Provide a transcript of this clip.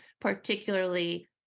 particularly